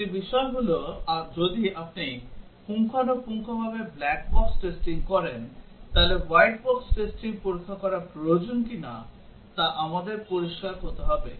একটি বিষয় হল যদি আপনি পুঙ্খানুপুঙ্খভাবে ব্ল্যাক বক্স টেস্টিং করেন তাহলে হোয়াইট বক্স পরীক্ষা করা প্রয়োজন কিনা তা আমাদের পরিষ্কার হতে হবে